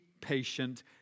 patient